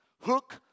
hook